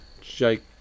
Jake